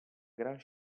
gran